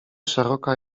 szeroka